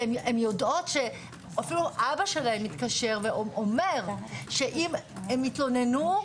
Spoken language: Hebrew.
והן יודעות שאפילו אבא שלהן מתקשר ואומר שאם הם יתלוננו,